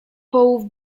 połów